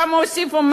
כמה הוסיפו?